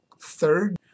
Third